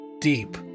Deep